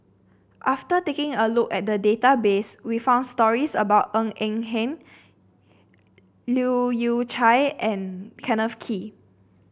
after taking a look at the database we found stories about Ng Eng Hen Leu Yew Chye and Kenneth Kee